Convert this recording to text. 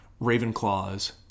Ravenclaws